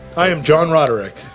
i am john roderick.